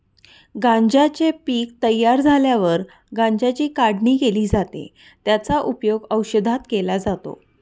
गांज्याचे पीक तयार झाल्यावर गांज्याची काढणी केली जाते, त्याचा उपयोग औषधात केला जातो